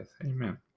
Amen